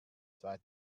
zwei